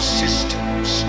systems